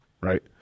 right